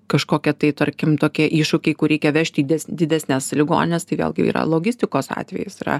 kažkokie tai tarkim tokie iššūkiai kur reikia vežti didesnes ligonines tai vėlgi yra logistikos atvejis yra